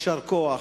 יישר כוח.